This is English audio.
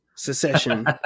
Secession